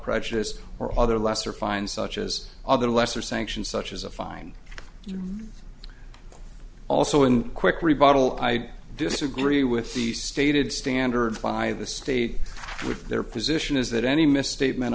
prejudice or other lesser fine such as other lesser sanction such as a fine also in quick rebuttal i disagree with the stated standards by the state with their position is that any misstatement